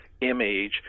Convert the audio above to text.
image